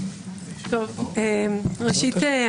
ראשית,